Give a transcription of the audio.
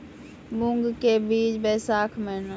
मूंग के बीज बैशाख महीना